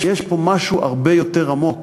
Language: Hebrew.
יש פה משהו הרבה יותר עמוק,